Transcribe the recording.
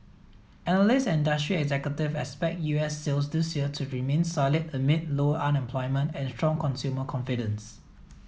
analysts and industry executives expect U S sales this year to remain solid amid low unemployment and strong consumer confidence